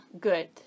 good